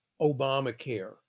Obamacare